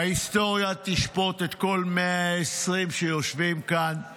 ההיסטוריה תשפוט את כל ה-120 היושבים כאן על